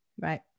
Right